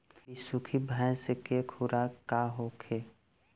बिसुखी भैंस के खुराक का होखे?